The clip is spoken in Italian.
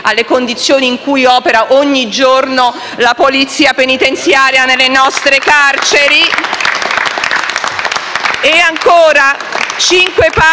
delle condizioni in cui opera ogni giorno la polizia penitenziaria nelle nostre carceri.